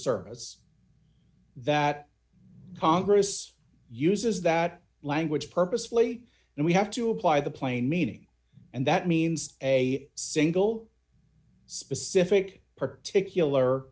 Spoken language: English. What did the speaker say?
service that congress uses that language purposefully and we have to apply the plain meaning and that means a single specific particular